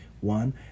One